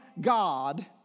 God